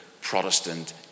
Protestant